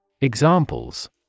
Examples